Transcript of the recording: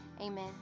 amen